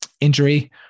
injury